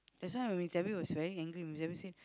that's why when he tell me he was very angry say